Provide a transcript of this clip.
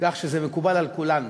כך שזה מקובל על כולנו